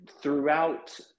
throughout